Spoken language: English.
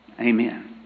Amen